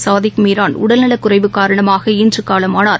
சாதிக் மீரான்உடல் நலக் குறைவு காரணமாக இன்றுகாலமானார்